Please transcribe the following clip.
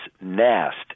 Nast